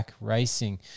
Racing